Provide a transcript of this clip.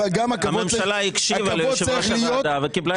הממשלה הקשיבה ליושב ראש הוועדה וקיבלה את ההצעה שלו.